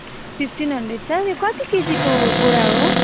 fifteen hundred छ यो कति केजीको बोरा हो